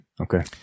Okay